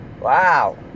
wow